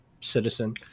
citizen